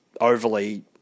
overly